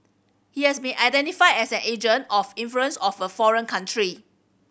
he has been identified as an agent of influence of a foreign country